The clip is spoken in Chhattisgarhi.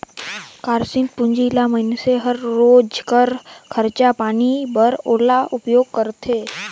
कारसील पूंजी ल मइनसे हर रोज कर खरचा पानी बर ओला उपयोग करथे